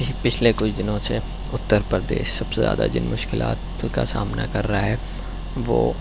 پچھلے کچھ دنوں سے اتر پردیش سب سے زیادہ جن مشکلات کا سامنا کر رہا ہے وہ